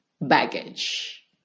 baggage